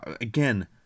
Again